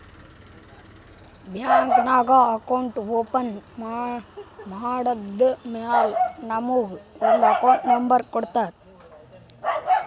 bank ನಾಗ್ account open ಮಾಡದ್ದ್ ಮ್ಯಾಲ ನಮುಗ ಒಂದ್ ಅಕೌಂಟ್ ನಂಬರ್ ಕೊಡ್ತಾರ್